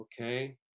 okay